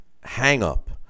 hang-up